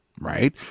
Right